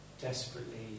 desperately